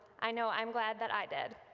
i know i'm glad that i did!